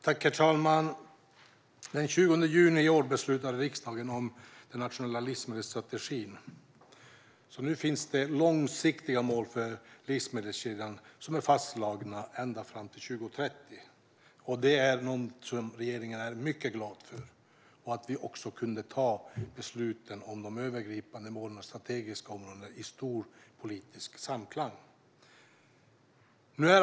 Herr talman! De 20 juni i år beslutade riksdagen om den nationella livsmedelsstrategin, så nu finns det långsiktiga mål för livsmedelskedjan som är fastslagna ända fram till 2030. Regeringen är mycket glad över detta och att vi också kunde ta besluten om de övergripande målen och strategiska områdena i stor politisk samklang.